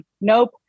nope